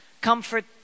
comfort